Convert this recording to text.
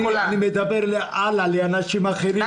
אני מדבר הלאה, לאנשים אחרים.